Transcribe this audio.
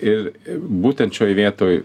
ir būtent šioj vietoj